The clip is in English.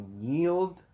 yield